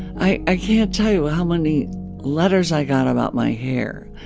i i can't tell you how many letters i got about my hair.